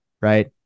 Right